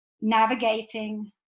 navigating